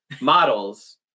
models